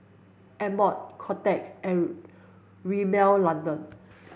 Amore Kotex Rimmel London